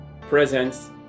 presence